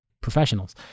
professionals